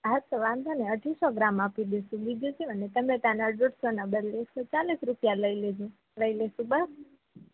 હા તો વાંધો નહીં અઢીસો ગ્રામ આપી દઈશું બીજું શું અને ટમેટાના દોઢસોના બદલે એકસો ચાલીસ રૂપિયા લઈ લેજો લઈ લઈશું બસ